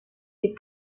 les